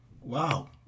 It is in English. Wow